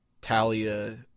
Talia